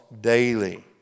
daily